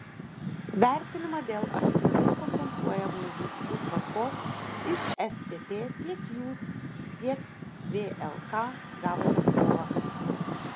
vertinimą dėl apskritai kompensuojamųjų vaistų tvarkos iš stt tiek jūs tiek vlk gavote kovą